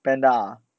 panda ah